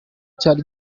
cyari